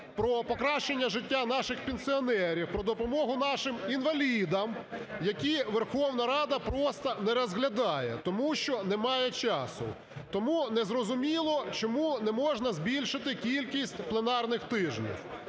про покращання життя наших пенсіонерів, про допомогу нашим інвалідам, які Верховна Рада просто не розглядає, тому що немає часу. Тому не розуміло, чому не можна збільшити кількість пленарних тижнів.